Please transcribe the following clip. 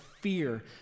fear